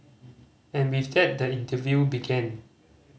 and with that the interview began